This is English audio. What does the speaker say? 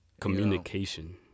Communication